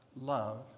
love